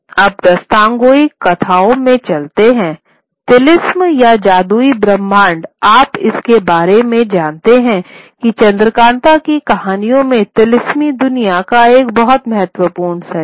अब दास्तानगोई कथाओं में चलते हुए तिलिस्मी या जादुई ब्रह्मांड आप इसके बारे में जानते हैं कि चंद्रकांता की कहानियों में तिलिस्मीक दुनिया का एक बहुत महत्वपूर्ण सेट है